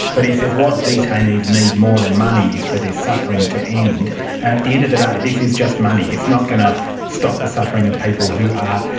but he says what detainees need more than money is for their suffering to end, and at the end of the day this is just money, it's not going to stop the suffering of people who are,